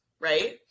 right